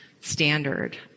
standard